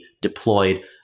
deployed